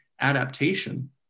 adaptation